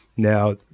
Now